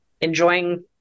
enjoying